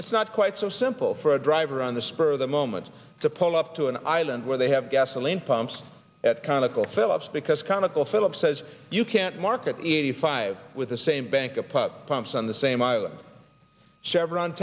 it's not quite so simple for a driver on the spur of the moment to pull up to an island where they have gasoline pumps at conoco phillips because conoco phillips says you can't market eighty five with the same bank a pub pumps on the same island chevron